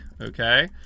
Okay